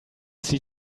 see